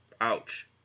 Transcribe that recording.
Ouch